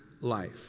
life